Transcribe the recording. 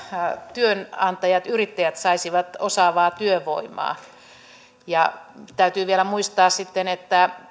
työnantajat yrittäjät saisivat osaavaa työvoimaa täytyy vielä muistaa että